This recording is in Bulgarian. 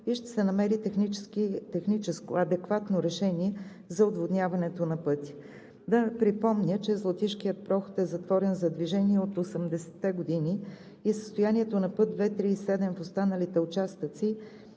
и ще се намери техническо адекватно решение за отводняването на пътя. Да припомня, че Златишкият проход е затворен за движение от 80-те години и състоянието на път II-37 в останалите участъци